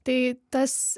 tai tas